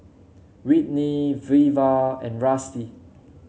Whitney Veva and Rusty